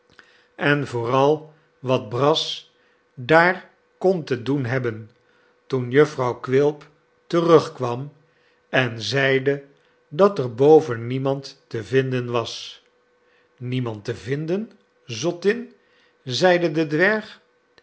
en vooral wat brass daar kon te doen hebben toen jufvrouw quilp terugkwam en zeide dat er boven niemand te vinden was niemand te vinden zottin zeide de dwerg